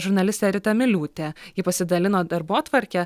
žurnalistė rita miliūtė ji pasidalino darbotvarke